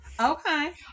Okay